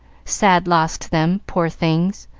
sad loss to them, poor things!